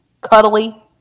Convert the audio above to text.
cuddly